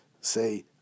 say